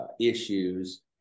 issues